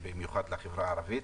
זו בעיה,